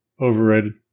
Overrated